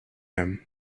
him